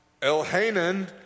elhanan